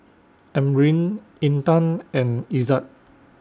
Amrin Intan and Izzat